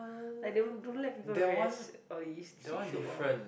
like don't don't let people rest all these heat stroke lor